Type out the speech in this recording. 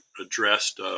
addressed